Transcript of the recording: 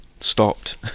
stopped